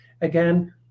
again